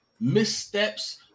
missteps